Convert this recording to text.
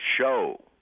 show